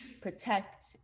protect